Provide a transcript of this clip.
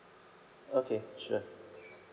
okay sure